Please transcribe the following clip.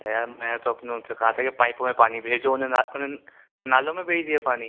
یار میں تو اپنوں اُن سے کہا تھا کہ پائپوں میں پانی بھیجو اُنہوں اُن نے نالوں میں بھیج دیا پانی